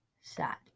sad